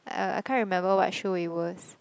uh I can't remember what show it was